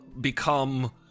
become